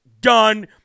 done